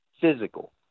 physical